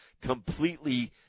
completely